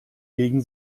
gegen